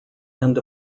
end